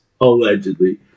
allegedly